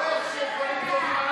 ההצעה להעביר את הצעת חוק להסרת תוכן